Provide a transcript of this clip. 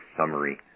summary